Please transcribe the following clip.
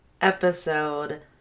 episode